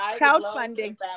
Crowdfunding